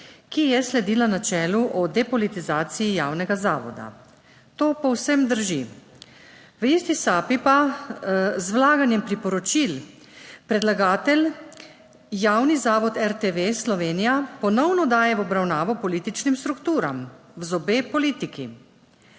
ki je sledila načelu o depolitizaciji javnega zavoda. To povsem drži. V isti sapi pa z vlaganjem priporočil predlagatelj, Javni zavod RTV Slovenija, ponovno daje v obravnavo političnim strukturam zobe politiki,